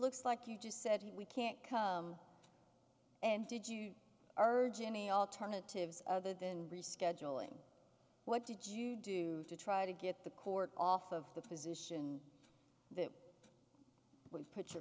looks like you just said we can't come and did you heard jamie alternatives other than rescheduling what did you do to try to get the court off of the position that put your